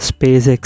SpaceX